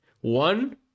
One